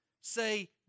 say